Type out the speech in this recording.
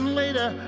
later